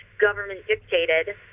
government-dictated